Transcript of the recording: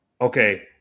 okay